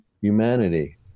humanity